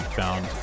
found